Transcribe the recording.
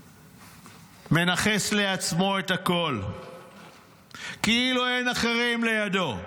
מנכס לעצמו את הכול כאילו אין אחרים לידו.